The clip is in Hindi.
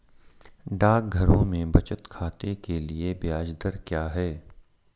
डाकघरों में बचत खाते के लिए ब्याज दर क्या है?